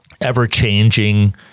ever-changing